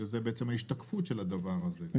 שזה בעצם ההשתקפות של הדבר הזה.